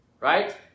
right